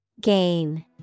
Gain